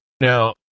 now